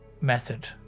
method